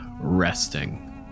resting